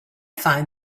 find